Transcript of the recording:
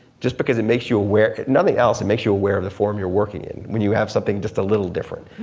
just because it makes you aware, if nothing else it and makes you aware of the form you're working in when you have something just a little different.